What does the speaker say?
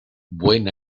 buen